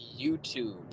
youtube